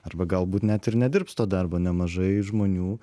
arba galbūt net ir nedirbs to darbo nemažai žmonių